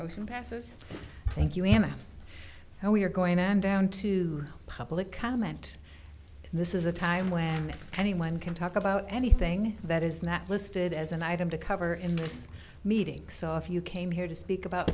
impasses thank you and now we're going on down to public comment and this is a time where anyone can talk about anything that is not listed as an item to cover in this meeting saw if you came here to speak about